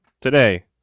today